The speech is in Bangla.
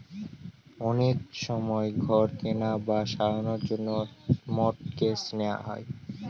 অনেক সময় ঘর কেনার বা সারানোর জন্য মর্টগেজ নেওয়া হয়